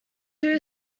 two